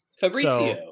Fabrizio